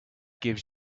gives